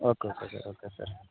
okay okay sir okay sir